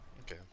okay